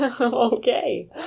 Okay